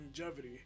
longevity